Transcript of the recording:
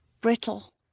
Brittle